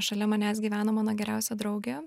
šalia manęs gyveno mano geriausia draugė